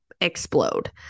explode